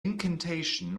incantation